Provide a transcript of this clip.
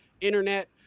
internet